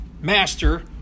Master